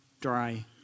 dry